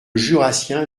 jurassien